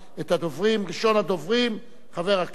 ראשון הדוברים, חבר הכנסת מוחמד ברכה,